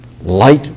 light